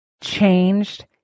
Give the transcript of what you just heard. changed